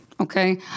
Okay